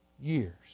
years